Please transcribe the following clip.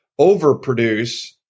overproduce